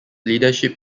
leadership